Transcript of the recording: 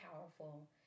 powerful